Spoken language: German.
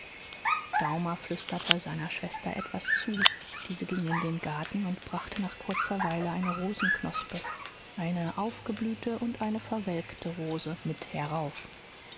daumer flüsterte seiner schwester etwas zu diese ging in den garten und brachte nach kurzer weile eine rosenknospe eine aufgeblühte und eine verwelkte rose mit herauf